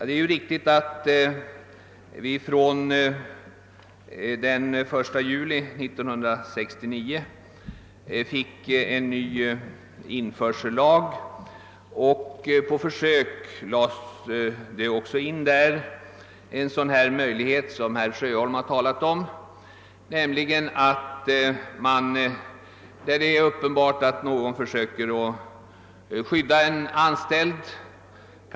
Det är ju riktigt att en ny införsellag infördes den 1 juli 1969 och att det på försök infördes en bestämmelse som innebar möjlighet att, som herr Sjöholm här har talat om, komma till rätta med vissa illojala förfaranden, t.ex. att en arbetsgivare försöker skydda en anställd och hindra att införsel äger rum.